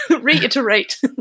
Reiterate